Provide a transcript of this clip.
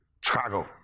Chicago